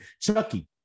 Chucky